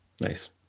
nice